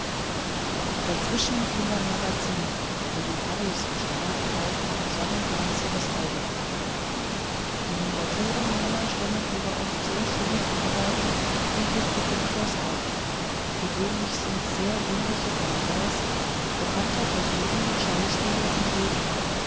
dazwischen flimmern magazine wo die herrlichsten stahlarbeiten im sonnenglanze das auge blenden die miniaturmaler stellen ihre oft sehr schönen arbeiten dem publikum vor's auge gewöhnlich sind's sehr ähnliche porträts bekannter personen schauspieler und redner